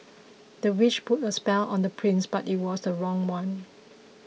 the witch put a spell on the prince but it was the wrong one